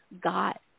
got